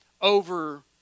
over